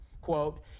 quote